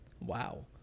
Wow